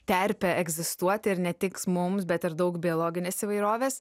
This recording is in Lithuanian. terpę egzistuoti ir ne tiks mums bet ir daug biologinės įvairovės